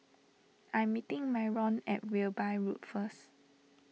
I am meeting Myron at Wilby Road first